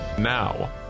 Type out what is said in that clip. Now